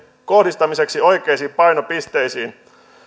kohdistamiseksi oikeisiin painopisteisiin